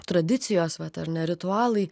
tradicijos vat ar ne ritualai